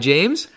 James